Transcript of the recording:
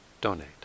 donate